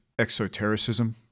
exotericism